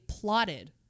plotted